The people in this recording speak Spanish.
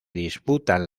disputan